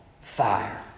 fire